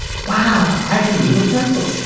wow, i can move a pencil.